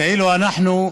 כאילו אנחנו,